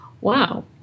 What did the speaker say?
Wow